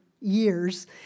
years